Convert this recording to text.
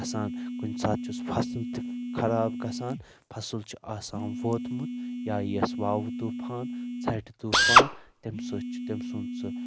گَژھان کُنہِ ساتہٕ چھُس فَصل تہِ خراب گژھان فَصل چھُ آسان ووتمُت یا یِیس واوٕ طوٗفان ژھٹہِ طوٗفان تمہِ ستۭۍ چھُ تمہِ سُند سُہ